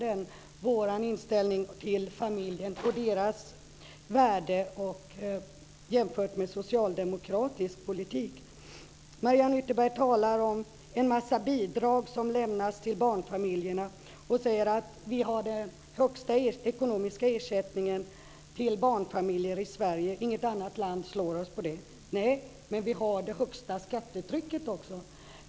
Det gäller vår inställning till familjen och dess värde jämfört med den som kommer till uttryck i socialdemokratisk politik. Mariann Ytterberg talar om en massa bidrag som lämnas till barnfamiljerna och säger att Sverige har den högsta ekonomiska ersättningen till barnfamiljer. Inget annat land slår oss där. Ja, men vi har också det högsta skattetrycket.